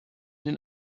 den